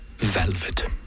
velvet